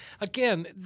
again –